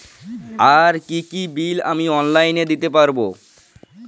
আর কি কি বিল আমি অনলাইনে দিতে পারবো?